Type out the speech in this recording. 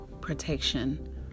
protection